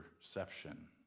perception